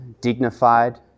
dignified